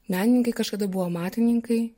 menininkai kažkada buvo amatininkai